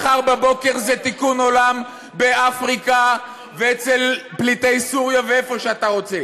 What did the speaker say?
מחר בבוקר זה תיקון עולם באפריקה ואצל פליטי סוריה ואיפה שאתה רוצה,